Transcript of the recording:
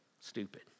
stupid